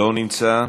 לא נמצא,